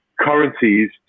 currencies